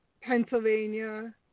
Pennsylvania